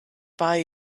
buy